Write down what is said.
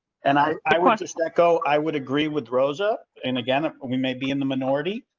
and i, i want to echo i would agree with rosa and again, we may be in the minority.